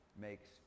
makes